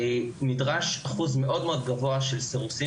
נדרש אחוז מאוד מאוד גבוהה של סירוסים